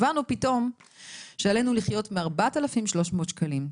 הבנו פתאום שעלינו לחיות מארבעת אלפים שלוש מאות שקלים".